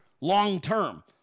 long-term